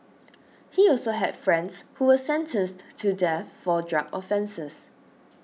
he also had friends who were sentenced to death for drug offences